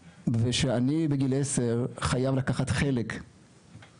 ושאני בגיל 10 חייב לקחת חלק במטלות,